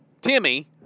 Timmy